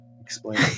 Explain